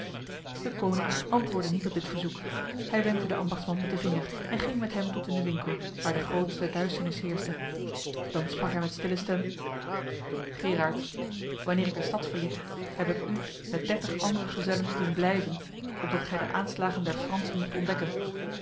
deconinck antwoordde niet op dit verzoek hij wenkte de ambachtsman met de vinger en ging met hem tot in de winkel waar de grootste duisternis heerste dan sprak hij met stille stem geeraert wanneer ik de stad verliet heb ik u met dertig andere gezellen doen blijven opdat gij de aanslagen der fransen mocht ontdekken